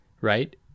right